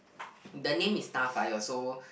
the name is Starfire so